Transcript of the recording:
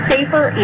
safer